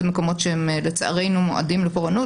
מקומות שהם לצערנו מועדים לפורענות.